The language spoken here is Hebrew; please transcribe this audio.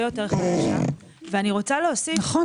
יותר חלשה ואני רוצה להוסיף --- נכון.